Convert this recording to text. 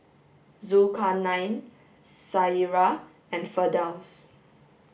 Zulkarnain Syirah and Firdaus